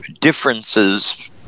differences